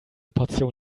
portion